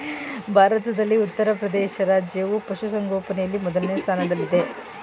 ಭಾರತದಲ್ಲಿ ಉತ್ತರಪ್ರದೇಶ ರಾಜ್ಯವು ಪಶುಸಂಗೋಪನೆಯಲ್ಲಿ ಮೊದಲನೇ ಸ್ಥಾನದಲ್ಲಿದೆ